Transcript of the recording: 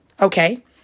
okay